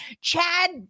Chad